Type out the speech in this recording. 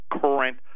current